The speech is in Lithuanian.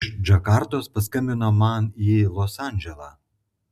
iš džakartos paskambino man į los andželą